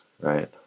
right